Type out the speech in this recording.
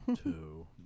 two